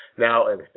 Now